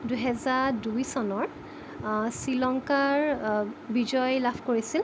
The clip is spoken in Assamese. দুহেজাৰ দুই চনৰ শ্ৰীলংকাৰ বিজয় লাভ কৰিছিল